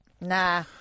Nah